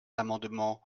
l’amendement